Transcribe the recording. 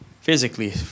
physically